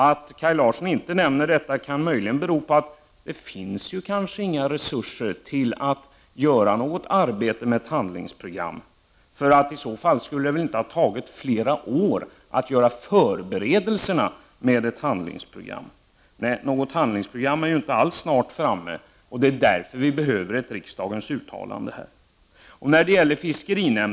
Att Kaj Larsson inte nämner detta kan möjligen bero på att det kanske inte finns några resurser för att utföra arbetet med ett handlingsprogram. Om det funnits resurser skulle det inte ha tagit flera år att genomföra förberedelser för ett handlingsprogram. Det kommer inte något handlingsprogram snart, och vi behöver därför ett riksdagens uttalande.